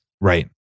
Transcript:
Right